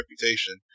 reputation